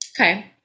okay